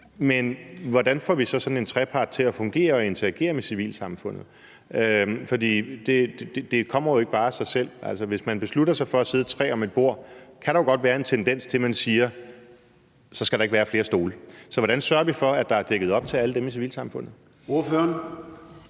det. Hvordan får vi så sådan en trepartsinstitution til at fungere og interagere med civilsamfundet? For det kommer jo ikke bare af sig selv. Altså, hvis man beslutter sig for at sidde tre om et bord, kan der jo godt være en tendens til, at man siger: Så skal der ikke være flere stole. Så hvordan sørger vi for, at der er dækket op til alle dem i civilsamfundet?